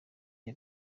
cyo